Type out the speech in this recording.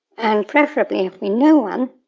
and preferably, if we know one,